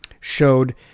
showed